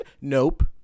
Nope